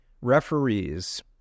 Referees